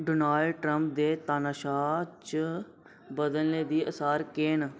Donald Trump दे तानाशाह् च बदलने दी असार केह् न